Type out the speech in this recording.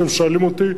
אם אתם שואל אותי,